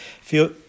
feel